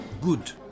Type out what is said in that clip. good